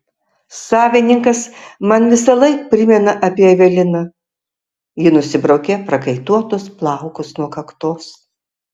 savininkas man visąlaik primena apie eveliną ji nusibraukė prakaituotus plaukus nuo kaktos